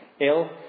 ill